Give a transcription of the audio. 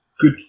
good